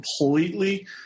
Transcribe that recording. completely